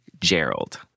Gerald